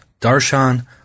darshan